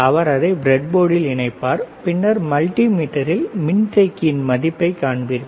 அவர் அதை ப்ரெட்போர்டில் இணைப்பார் பின்னர் மல்டிமீட்டரில் மின்தேக்கியின் மதிப்பைக் காண்பீர்கள்